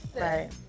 Right